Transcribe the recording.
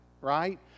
right